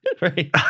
right